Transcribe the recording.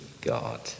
God